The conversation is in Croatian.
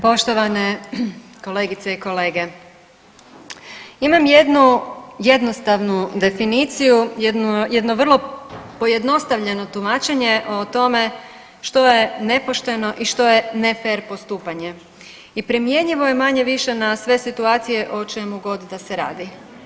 Poštovane kolegice i kolege, imam jednu jednostavnu definiciju, jedno vrlo pojednostavljeno tumačenje o tome što je nepošteno i što je nefer postupanje i primjenjivo je manje-više na sve situacije o čemu god da se radi.